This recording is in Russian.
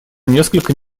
несколько